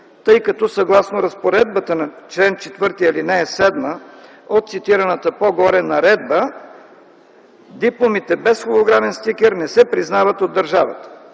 тъй като съгласно разпоредбата на чл. 4, ал. 7 от цитираната по-горе наредба дипломите без холограмен стикер не се признават от държавата.